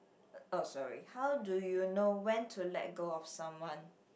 oh sorry how do you know when to let go of someone